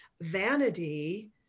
vanity